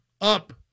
up